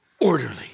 Orderly